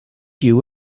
you